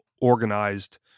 organized